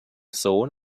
sohn